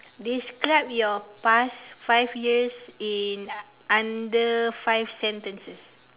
describe your past five years in under five sentences